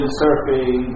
surfing